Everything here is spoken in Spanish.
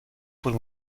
por